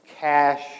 cash